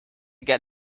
get